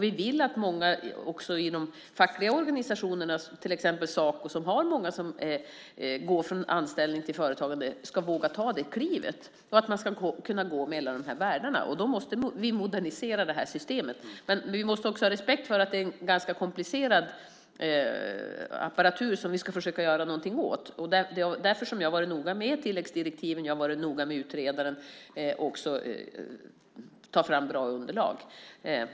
Vi vill att många också inom de fackliga organisationerna, till exempel Saco som har många som går från anställning till företagande, ska våga ta detta kliv och att man ska kunna gå mellan dessa världar. Då måste vi modernisera detta system. Men vi måste också ha respekt för att det är något ganska komplicerat som vi ska försöka göra någonting åt. Därför har jag varit noga med tilläggsdirektiven och med att utredaren tar fram bra underlag.